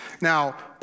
Now